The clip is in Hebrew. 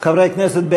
חברי הכנסת,